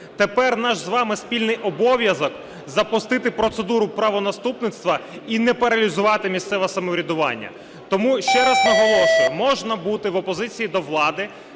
Тепер наш з вами спільний обов'язок – запустити процедуру правонаступництва і не паралізувати місцеве самоврядування. Тому ще раз наголошую, можна бути в опозиції до влади,